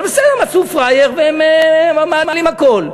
אבל בסדר, מצאו פראייר והם מעלים הכול.